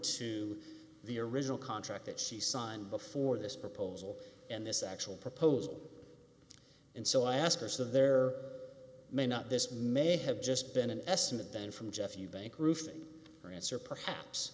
to the original contract that she signed before this proposal and this actual proposal and so i ask her so there may not this may have just been an estimate then from jeff eubank roofing her answer perhaps